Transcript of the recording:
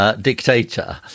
dictator